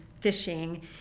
fishing